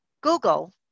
Google